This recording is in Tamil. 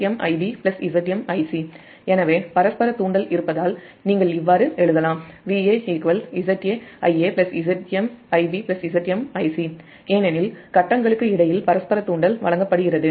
எனவே க்ரவுன்ட் மின்னழுத்தத்திற்கான Va விக்கு சமமாக Va இருக்கும் Va Zs Ia ZmIb ZmIc எனவே பரஸ்பர தூண்டல் இருப்பதால் நீங்கள் இவ்வாறு எழுதலாம் V a Zs Ia Zm Ib ZmIc ஏனெனில் கட்டங்களுக்கு இடையில் பரஸ்பர தூண்டல் வழங்கப்படுகிறது